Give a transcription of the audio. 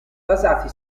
basati